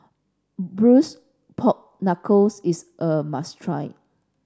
blues pork knuckles is a must try